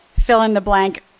fill-in-the-blank